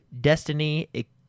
destiny